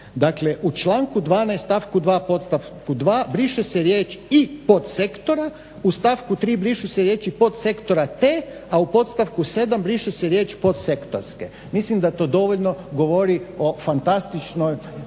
dakle u članku 12. stavku 2. podstavku 2. briše se riječ "i po sektora" . U stavku 3. brišu se riječi "podsektora te", a u podstavku 7. briše se riječ "podsektorske". Mislim da to dovoljno govori o fantastično